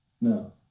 no